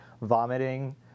vomiting